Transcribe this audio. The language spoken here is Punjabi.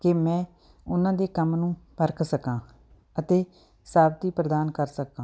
ਕਿ ਮੈਂ ਉਹਨਾਂ ਦੇ ਕੰਮ ਨੂੰ ਪਰਖ ਸਕਾਂ ਅਤੇ ਸਾਬਤੀ ਪ੍ਰਦਾਨ ਕਰ ਸਕਾਂ